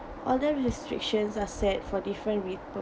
although restrictions are set for different ripper